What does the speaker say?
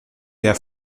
der